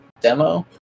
demo